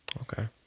Okay